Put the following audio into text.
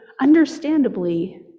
understandably